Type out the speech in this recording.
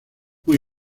muy